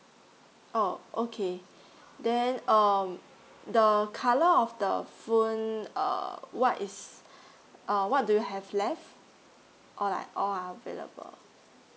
oh okay then um the colour of the phone uh what is uh what do you have left or like all are available